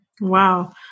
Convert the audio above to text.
Wow